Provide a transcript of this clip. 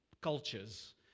cultures